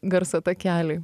garso takeliui